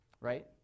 right